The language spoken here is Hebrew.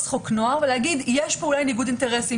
סוציאלי לחוק הנוער ולהגיד: יש פה אולי ניגוד אינטרסים,